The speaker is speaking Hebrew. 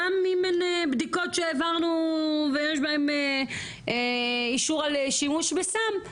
גם אם אין בדיקות שהעברנו ויש בהם אישור על שימוש בסם,